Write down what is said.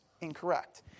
incorrect